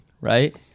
Right